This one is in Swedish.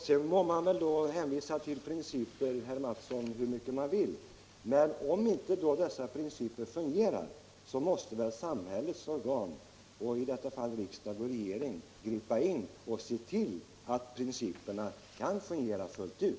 Sedan får man, herr Mathsson, hänvisa hur mycket man vill till principer. Om inte dessa principer fungerar så måste väl samhällets organ — i detta fall riksdag och regering — gripa in och se till att principerna kan fungera fullt ut.